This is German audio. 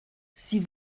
sie